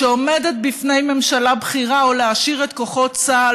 כשעומדת בפני ממשלה בכירה הבחירה או להשאיר את כוחות צה"ל